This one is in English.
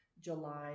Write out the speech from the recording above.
July